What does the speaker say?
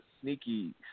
sneaky